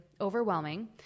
overwhelming